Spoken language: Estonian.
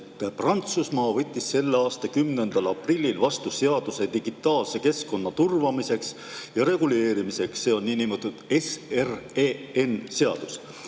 Prantsusmaa võttis selle aasta 10. aprillil vastu seaduse digitaalse keskkonna turvamiseks ja reguleerimiseks. See on niinimetatud SREN‑i seadus